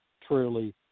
truly